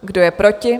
Kdo je proti?